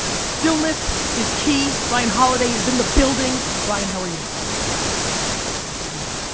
stillness is key, ryan holiday is in the building. ryan, how are you? thanks for having me, i'm awesome. happy to be here.